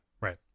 Right